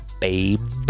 babe